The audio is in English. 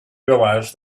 realized